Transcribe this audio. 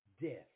Death